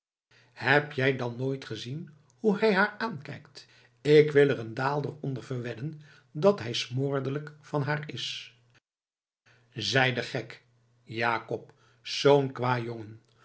heb jij dan nooit gezien hoe hij haar aankijkt k wil er een daalder onder verwedden dat hij smoorlijk van haar is zij de gek joacob zoo'n kwoajongen